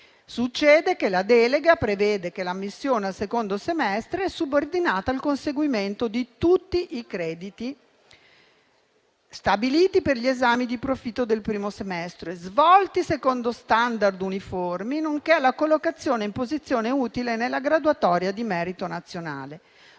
semestre: la delega prevede che l'ammissione al secondo semestre è subordinata al conseguimento di tutti i crediti stabiliti per gli esami di profitto del primo semestre, svolti secondo *standard* uniformi, nonché alla collocazione in posizione utile nella graduatoria di merito nazionale.